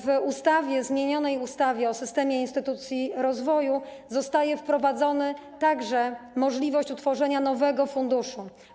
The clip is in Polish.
W ustawie, zmienionej ustawie o systemie instytucji rozwoju zostaje wprowadzona także możliwość utworzenia nowego funduszu.